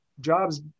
jobs